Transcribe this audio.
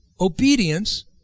obedience